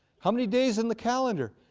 how many days in the calendar?